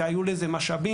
שהיו לזה משאבים,